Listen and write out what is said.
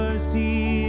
see